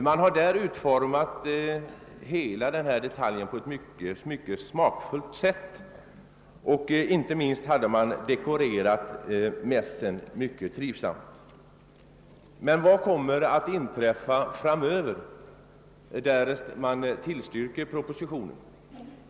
Man har där utformat hela mässrörelsen på ett mycket smakfullt sätt. Inte minst hade man dekorerat mässen mycket trivsamt. Men vad kommer att inträffa framöver därest vi tillstyrker propositionen?